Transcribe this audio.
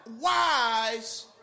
wise